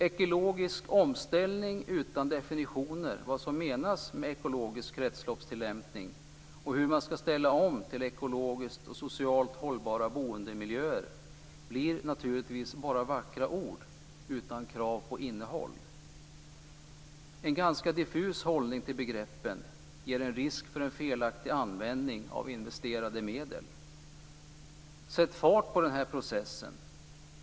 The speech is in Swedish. Ekologisk omställning utan definitioner av vad som menas med ekologisk kretsloppstillämpning och hur man skall ställa om till ekologiskt och socialt hållbara boendemiljöer blir naturligtvis bara vackra ord utan krav på innehåll. En ganska diffus hållning till begreppen ger risk för en felaktig användning av investerade medel. Sätt fart på den här processen!